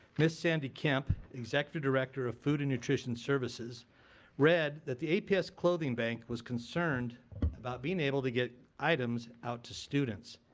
ms. sandy kemp, executive director of food and nutrition services read that the aps clothing bank was concerned about being able to get items out to students.